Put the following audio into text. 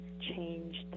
changed